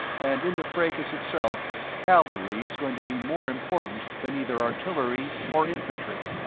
and in the fracas itself cavalry is going to be more important than either artillery or infantry.